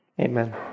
Amen